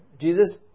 Jesus